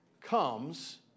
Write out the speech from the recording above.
comes